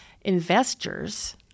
investors